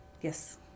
Yes